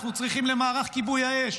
אנחנו צריכים למערך כיבוי האש,